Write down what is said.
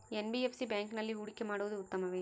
NBFC ಬ್ಯಾಂಕಿನಲ್ಲಿ ಹೂಡಿಕೆ ಮಾಡುವುದು ಉತ್ತಮವೆ?